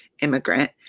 immigrant